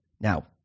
Now